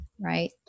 right